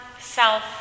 self